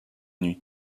nuit